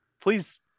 please